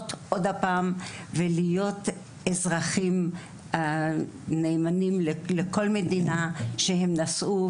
שוב ולהיות אזרחים נאמנים לכל מדינה אליה הם נסעו,